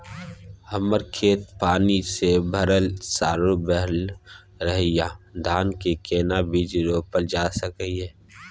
हमर खेत पानी से भरल सालो भैर रहैया, धान के केना बीज रोपल जा सकै ये?